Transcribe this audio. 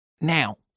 Now